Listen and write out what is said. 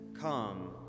Come